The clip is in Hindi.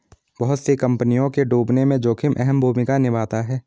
बहुत सी कम्पनियों के डूबने में जोखिम अहम भूमिका निभाता है